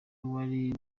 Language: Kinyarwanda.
wari